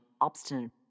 obstinate